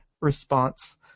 response